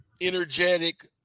energetic